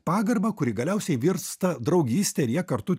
pagarbą kuri galiausiai virsta draugyste ir jie kartu